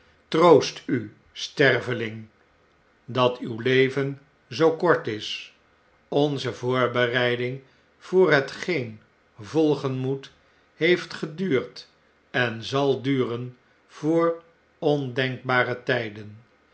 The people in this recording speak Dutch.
troost u sterveling dat uw leven zoo kort is onze voorbereiding voor hetgeen volgen moet heeft geduurd en zal duren voor ondenkbare tijden